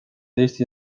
eesti